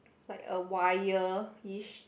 like a wire ish